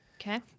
Okay